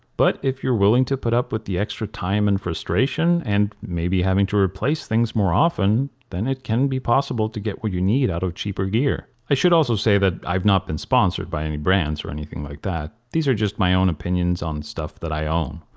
but if you're willing to put up with the extra time and frustration, and maybe having to replace things more often, then it can be possible to get what you need out of cheaper gear. i should also say that i have not been sponsored by any brands or anything like that. these are just my own opinions on stuff that i own.